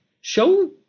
show